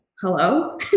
Hello